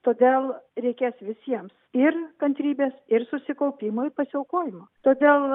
todėl reikės visiems ir kantrybės ir susikaupimo ir pasiaukojimo todėl